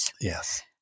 yes